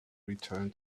return